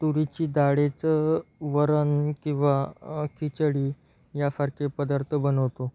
तुरीची डाळेचं वरण किंवा खिचडी यासारखे पदार्थ बनवतो